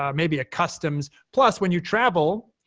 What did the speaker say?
um maybe at customs. plus when you travel,